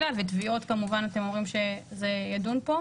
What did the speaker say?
התביעות נדון פה?